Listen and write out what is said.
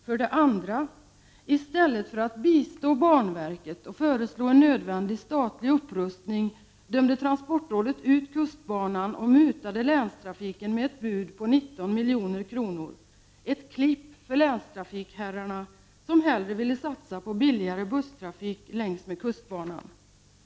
För det andra: I stället för att bistå banverket och föreslå en nödvändig statlig upprustning dömde transportrådet ut kustbanan och mutade länstrafiken med ett bud på 19 milj.kr., ett klipp för länstrafikherrarna, som hellre ville satsa på billigare busstrafik längs med kustbanan.